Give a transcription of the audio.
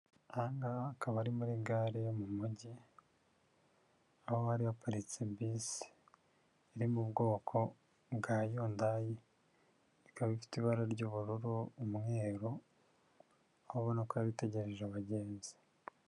Aha hakaba ari muri gare yo mu mujyi aho bari haparitse bisi iri mu bwoko bwa yundayi ikaba ifite ibara ry'ubururu umweru aho ubona ko yari itegereje abagenzi.